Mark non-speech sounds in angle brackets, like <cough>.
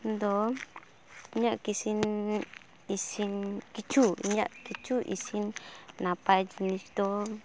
ᱫᱚ ᱤᱧᱟᱹᱜ <unintelligible> ᱤᱥᱤᱱ ᱠᱤᱪᱷᱩ ᱤᱧᱟᱹᱜ ᱠᱤᱪᱷᱩ ᱤᱥᱤᱱ ᱱᱟᱯᱟᱭ ᱡᱤᱱᱤᱥ ᱫᱚ